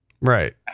Right